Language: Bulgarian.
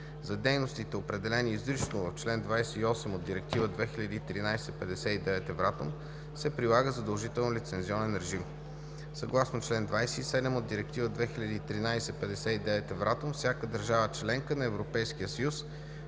За дейностите, определени изрично в чл. 28 от Директива 2013/59/Евратом, се прилага задължително лицензионен режим. Съгласно чл. 27 от Директива 2013/59/Евратом – всяка държава - членка на Европейския съюз,